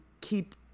keep